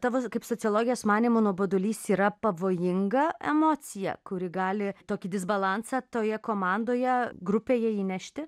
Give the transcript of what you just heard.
tavo kaip sociologės manymu nuobodulys yra pavojinga emocija kuri gali tokį disbalansą toje komandoje grupėje įnešti